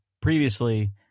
previously